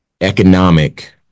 economic